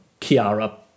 Kiara